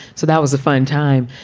so that was a fun time,